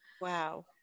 Wow